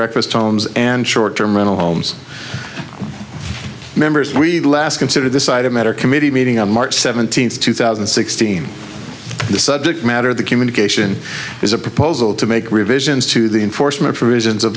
breakfast homes and short term rental homes members we last consider this item at our committee meeting on march seventeenth two thousand and sixteen the subject matter of the communication is a proposal to make revisions to the enforcement for reasons of